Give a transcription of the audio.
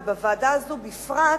ובוועדה הזו בפרט,